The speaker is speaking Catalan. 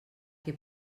que